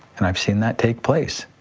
and i've seen that take place.